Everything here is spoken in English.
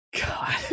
God